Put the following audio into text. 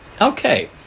Okay